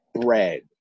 bread